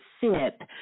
SIP